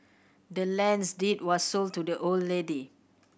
the land's deed was sold to the old lady